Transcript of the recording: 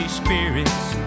spirits